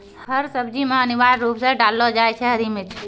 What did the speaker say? हर सब्जी मॅ अनिवार्य रूप सॅ डाललो जाय छै हरी मिर्च